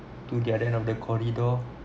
to the other end of the corridor